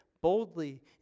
boldly